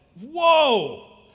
whoa